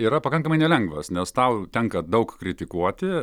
yra pakankamai nelengvas nes tau tenka daug kritikuoti